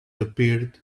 appeared